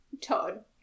Todd